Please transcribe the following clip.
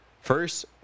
first